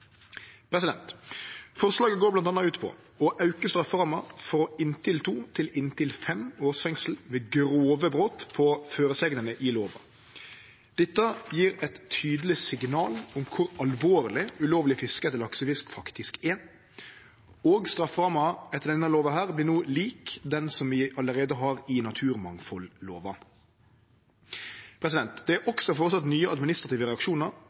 Forslaget går bl.a. ut på å auke strafferamma frå inntil to til inntil fem års fengsel ved grove brot på føresegnene i lova. Dette gjev eit tydeleg signal om kor alvorleg ulovleg fiske etter laksefisk faktisk er, og strafferamma etter denne lova vert no lik den som vi allereie har i naturmangfaldlova. Det er også føreslått nye administrative reaksjonar,